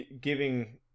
giving